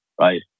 right